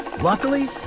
Luckily